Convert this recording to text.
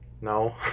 No